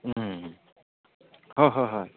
হয় হয় হয়